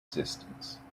existence